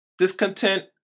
discontent